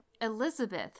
elizabeth